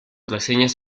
reseñas